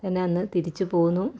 എന്നാന്ന് തിരിച്ചു പോന്നു